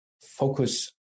focus